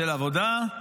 של עבודה,